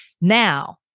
Now